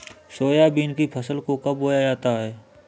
Soybean की फसल को कब बोया जाता है?